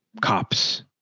cops